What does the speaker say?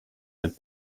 have